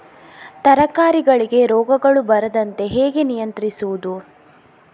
ತರಕಾರಿಗಳಿಗೆ ರೋಗಗಳು ಬರದಂತೆ ಹೇಗೆ ನಿಯಂತ್ರಿಸುವುದು?